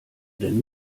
denn